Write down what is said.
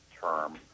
term